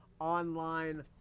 online